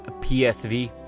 PSV